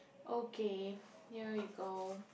okay here you go